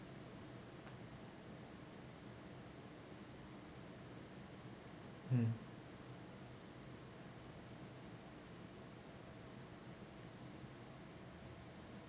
mm